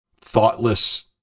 thoughtless